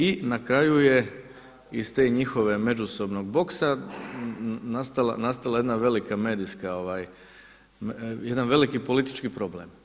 I na kraju je iz tog njihovog međusobnog boksa nastala jedna velika medijska, jedan veliki politički problem.